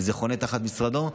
וזה חונה תחת משרדו.